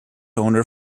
owner